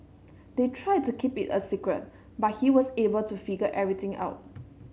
they tried to keep it a secret but he was able to figure everything out